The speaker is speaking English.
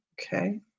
Okay